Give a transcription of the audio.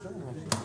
9 בעד.